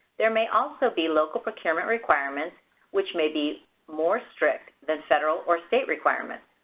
there may also be local procurement requirements which may be more strict than federal or state requirements.